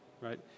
right